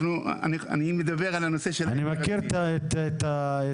אני מדבר על הנושא של --- אני מכיר את הפעילות